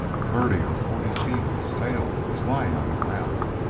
thirty or forty feet of its tail was lying on the ground,